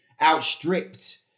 outstripped